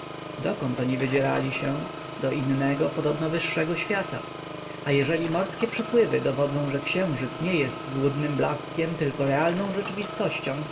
dokąd oni wydzierali się do innego podobno wyższego świata a jeżeli morskie przypływy dowodzą że księżyc nie jest złudnym blaskiem tylko realną rzeczywistością